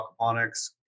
aquaponics